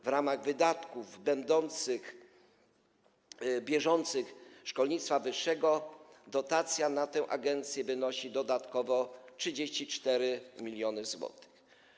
W ramach wydatków bieżących szkolnictwa wyższego dotacja na tę agencję wynosi dodatkowo 34 mln zł.